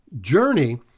journey